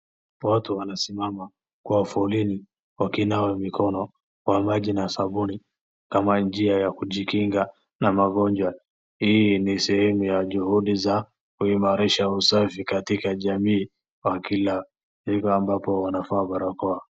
Hapo watu wanasimama kwa foleni wakinawa mikono kwa maji na sabuni kama njia ya kujikinga na magonjwa. Hii ni sehemu ya juhudi za kuhimarisha usafi katika jamii kwa kila jengo ambalo wanavaa barakoa.